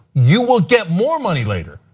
you will get more money later.